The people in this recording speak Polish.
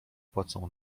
płacą